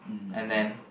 and then